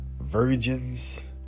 virgins